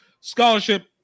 scholarship